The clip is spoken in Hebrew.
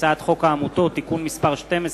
הצעת חוק התובלה האווירית (תיקון מס' 2),